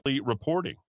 reporting